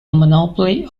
monopoly